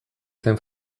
zen